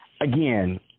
Again